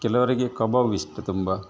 ಕೆಲವರಿಗೆ ಕಬಾಬ್ ಇಷ್ಟ ತುಂಬಾ